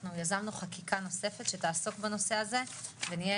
אנחנו יזמנו חקיקה נוספת שתעסוק בנושא הזה ונהיה